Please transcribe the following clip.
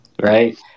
right